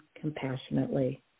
compassionately